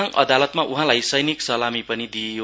जोरथाङ अदालतमा उहाँलाई सैनिक सलामि पनि दिइयो